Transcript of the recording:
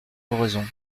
oraison